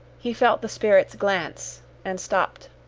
he felt the spirit's glance, and stopped.